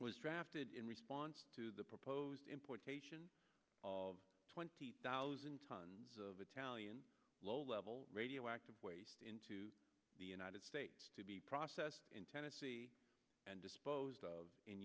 was drafted in response to the proposed importation of twenty thousand tons of italian low level radioactive waste into the united states to be processed in tennessee and